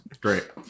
Great